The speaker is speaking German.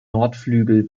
nordflügel